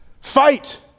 Fight